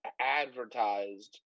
advertised